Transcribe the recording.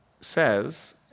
says